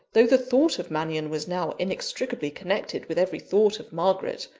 though the thought of mannion was now inextricably connected with every thought of margaret,